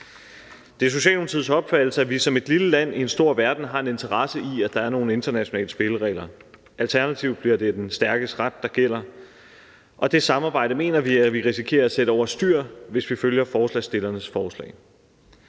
Det er Socialdemokratiets opfattelse, at vi som et lille land i en stor verden har en interesse i, at der er nogle internationale spilleregler. Alternativt bliver det den stærkes ret, der gælder, og det samarbejde mener vi at vi risikerer at sætte over styr, hvis vi følger forslagsstillernes forslag.